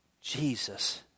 Jesus